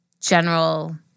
general